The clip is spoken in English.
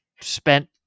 spent